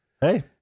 Hey